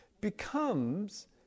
becomes